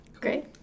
Great